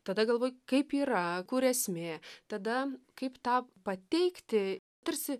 tada galvoji kaip yra kur esmė tada kaip tą pateikti tarsi